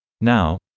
Now